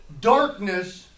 Darkness